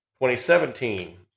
2017